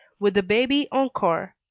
with the baby encore,